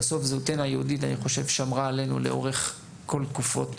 חושב שבסוף זהותנו היהודית שמרה עלינו לאורך כל התקופות